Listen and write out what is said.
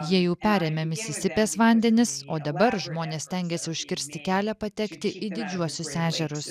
jie jau perėmė misisipės vandenis o dabar žmonės stengiasi užkirsti kelią patekti į didžiuosius ežerus